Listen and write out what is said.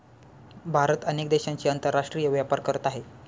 भारत अनेक देशांशी आंतरराष्ट्रीय व्यापार करत आहे